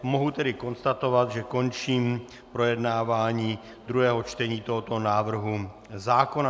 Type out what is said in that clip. Mohu tedy konstatovat, že končím projednávání druhého čtení tohoto návrhu zákona.